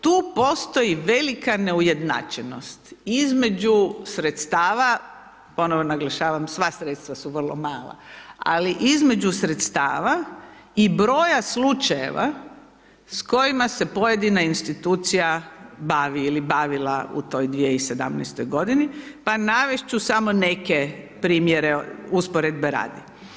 Tu postoji velika neujednačenost, između sredstava ponovno naglašavam sva sredstva su vrlo mala, ali između sredstava i broja slučajeva, s kojima se pojedina institucija bavi ili bavila u toj 2017. g. pa navesti ću samo neke primjere usporede radi.